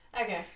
Okay